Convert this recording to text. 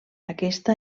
aquesta